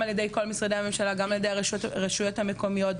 ידי כל משרדי הממשלה והרשויות המקומיות,